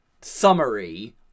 summary